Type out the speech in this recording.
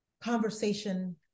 conversation